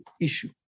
issue